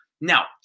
Now